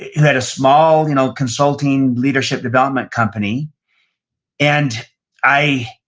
had a small you know consulting leadership development company and i,